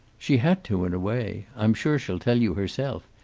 she had to, in a way. i'm sure she'll tell you herself.